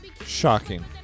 Shocking